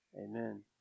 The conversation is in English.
Amen